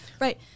right